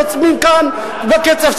יוצאים כאן בשצף-קצף.